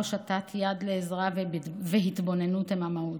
הושטת יד לעזרה והתבוננות הם המהות.